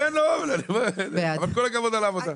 כל הכבוד על העבודה.